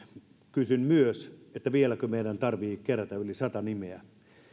kysyn myös vieläkö meidän tarvitsee kerätä yli sata nimeä